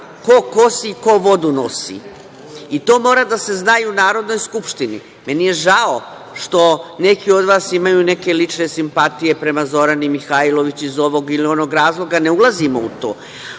ko kosi, ko vodu nosi. To mora da se zna i u Narodnoj skupštini. Meni je žao što neki od vas imaju neke lične simpatije prema Zorani Mihajlović iz ovog ili onog razloga, ne ulazimo u to.